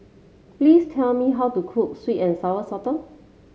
please tell me how to cook sweet and Sour Sotong